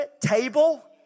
table